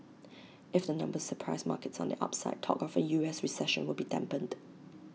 if the numbers surprise markets on the upside talk of A U S recession will be dampened